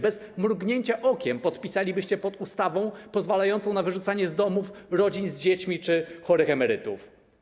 Bez mrugnięcia okiem podpisalibyście się pod ustawą pozwalającą na wyrzucanie z domów rodzin z dziećmi czy chorych emerytów.